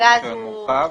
ב-(3)